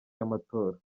y’amatora